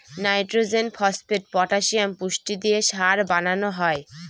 nitrogen, phosphate, potassium পুষ্টি দিয়ে সার বানানো হয়